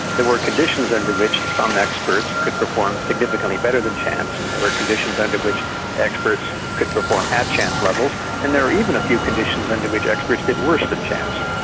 there were conditions under which some experts could perform significantly better than chance, and there were conditions under which experts could perform at chance levels, and there were even a few conditions under which experts did worse than chance.